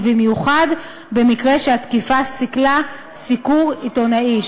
ובמיוחד במקרה שהתקיפה סיכלה סיקור עיתונאי,